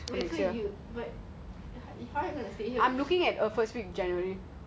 I'm looking at a first week january